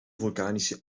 vulkanische